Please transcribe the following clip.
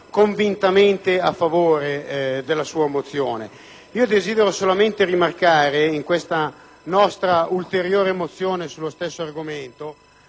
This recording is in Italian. convintamente a favore della sua mozione. Desidero solamente rimarcare in questa nostra ulteriore mozione sullo stesso argomento